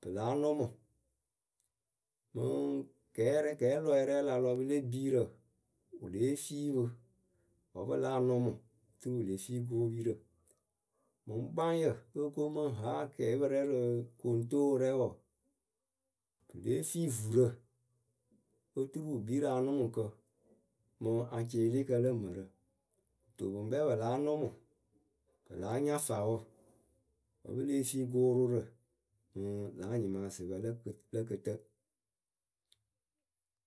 Pɨ láa nʊmʊ Mɨŋ kɛɛrɛ kɛɛlɔyǝ rɛ la lɔ pɨle biirǝ. wɨ lée fii pɨ wǝ́ pɨ láa nʊmʊ turu pɨ le fii gʊʊpirǝ. Mɨŋ kpaŋyǝ lo ko mɨ ŋ haa akɛɛpǝ rɛ rɨ koŋtoowǝ rɛ wɔɔ, pɨ lée fii vurǝ oturu pɨ kpii rɨ anʊmʊkǝ. mɨ acɩɩlɩkǝ lǝ mǝrǝ. Kɨto pɨ ŋkpɛ pɨ láa nʊmʊ, pɨ láa nya faawǝ. wǝ́ pɨ lée fii gʊʊpirǝ mɨŋ lǎ nyɩmaasɩpǝ lǝ kɨ lǝ kɨtǝ.